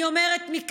אני אומרת מכאן: